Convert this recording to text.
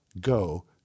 go